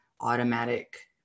automatic